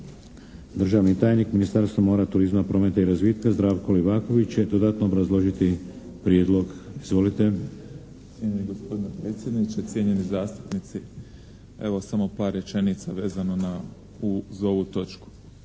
državni tajnik u Ministarstvu mora, turizma, prometa i razvitka, Zdravko Livaković će dodatno obrazložiti Prijedlog. Izvolite. **Livaković, Zdravko** Cijenjeni gospodine predsjedniče, cijenjeni zastupnici. Evo sam par rečenica vezano uz ovu točku.